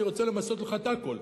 אני רוצה למסות לך את הכול.